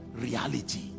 reality